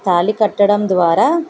తాళి కట్టడం ద్వారా